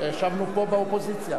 ישבנו פה באופוזיציה,